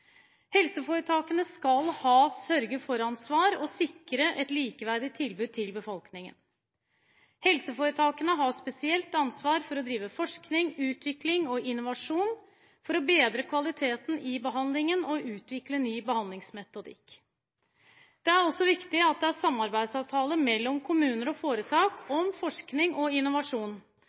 Helseforetakene skal ha sørge-for-ansvar og sikre et likeverdig tilbud til befolkningen. Helseforetakene har et spesielt ansvar for å drive forskning, utvikling og innovasjon for å bedre kvaliteten i behandlingen og utvikle ny behandlingsmetodikk. Det er også viktig at det er samarbeidsavtaler mellom kommuner og foretak om forskning og innovasjon.